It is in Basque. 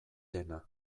dena